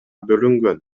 бөлүнгөн